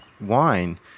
wine